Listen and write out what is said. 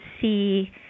see